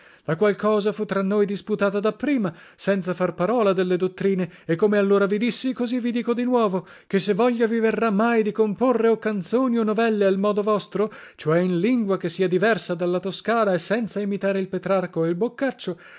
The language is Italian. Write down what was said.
qual cosa fu tra noi disputata da prima senza far parola delle dottrine e come allora vi dissi così vi dico di nuovo che se voglia vi verrà mai di comporre o canzoni o novelle al modo vostro cioè in lingua che sia diversa dalla toscana e senza imitare il petrarca o il boccaccio